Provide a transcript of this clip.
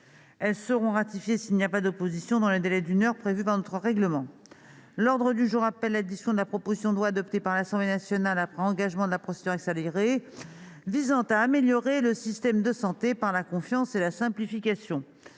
Elles seront ratifiées s'il n'y a pas d'opposition dans le délai d'une heure prévu par le règlement. L'ordre du jour appelle la discussion de la proposition de loi, adoptée par l'Assemblée nationale après engagement de la procédure accélérée, visant à améliorer le système de santé par la confiance et la simplification